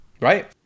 Right